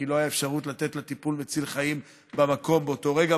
כי לא הייתה אפשרות לתת לה טיפול מציל חיים במקום באותו רגע.